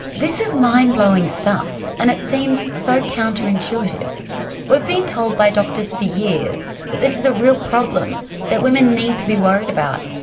this is mind blowing stuff and it seems so counterintuitive. we've we've been told by doctors for years that this is a real problem that women need to be worried about,